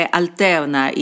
alterna